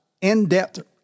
in-depth